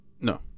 No